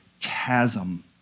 chasm